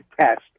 test